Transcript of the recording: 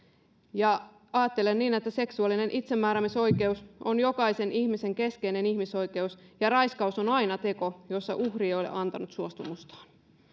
ajattelen että seksuaalinen itsemääräämisoikeus on jokaisen ihmisen keskeinen ihmisoikeus ja että raiskaus on aina teko johon uhri ei ole antanut suostumustaan